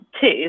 two